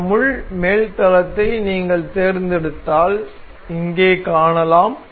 இந்த முள் மேல் தளத்தை நீங்கள் தேர்ந்தெடுத்தால் இங்கே காணலாம்